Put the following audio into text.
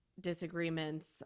disagreements